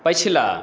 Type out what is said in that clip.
पछिला